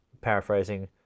paraphrasing